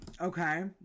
okay